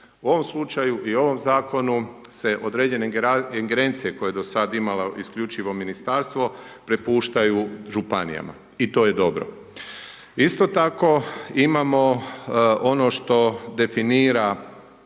U ovom slučaju i u ovom zakonu se određene ingerencije koje je do sad imala isključivo Ministarstvo, prepuštaju županijama. I to je dobro. Isto tako, imamo ono što definira